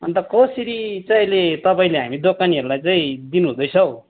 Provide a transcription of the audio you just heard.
अन्त कसरी चाहिँ अहिले तपाईँले हामी दोकानेहरूलाई चाहिँ दिनुहुँदैछ हौ